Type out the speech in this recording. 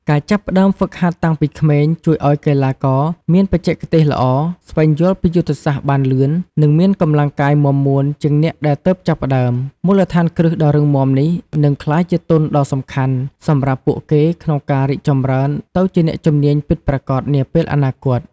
ការចាប់ផ្ដើមហ្វឹកហាត់តាំងពីក្មេង ជួយឱ្យកីឡាករមានបច្ចេកទេសល្អ ស្វែងយល់ពីយុទ្ធសាស្ត្របានលឿន និងមានកម្លាំងកាយមាំមួនជាងអ្នកដែលទើបចាប់ផ្ដើម មូលដ្ឋានគ្រឹះដ៏រឹងមាំនេះនឹងក្លាយជាទុនដ៏សំខាន់ សម្រាប់ពួកគេក្នុងការរីកចម្រើនទៅជាអ្នកជំនាញពិតប្រាកដនាពេលអនាគត។